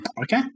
Okay